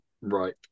Right